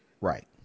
Right